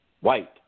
white